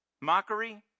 Mockery